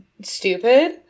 stupid